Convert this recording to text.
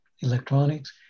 electronics